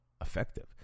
Effective